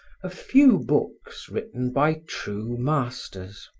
a few books written by true masters.